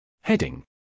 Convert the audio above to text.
Heading